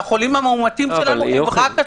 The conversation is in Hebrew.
והחולים המאומתים שלנו הם רק עצורי ימים.